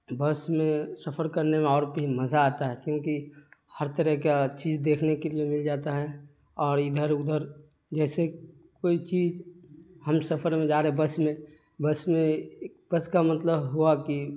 بس میں سفر کرنے میں اور بھی مزہ آتا ہے کیونکہ ہر طرح کا چیز دیکھنے کے لیے مل جاتا ہے اور ادھر ادھر جیسے کوئی چیز ہم سفر میں جا رہے بس میں بس میں بس کا مطلب ہوا کہ